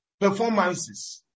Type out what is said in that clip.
performances